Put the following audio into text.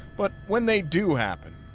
but when they do happen.